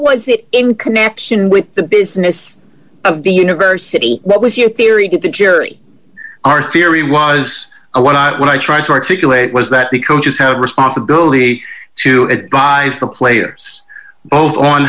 was it in connection with the business of the university what was your theory that that year our theory was a lot when i tried to articulate was that the coaches have a responsibility to advise the players both on